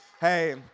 Hey